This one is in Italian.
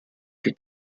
più